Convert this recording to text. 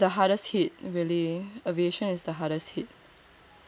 what ya is the hardest hit really aviation is the hardest hit